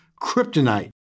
kryptonite